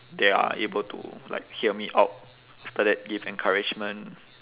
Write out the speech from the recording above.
they are able to like hear me out after that give encouragement